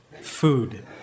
food